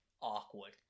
awkward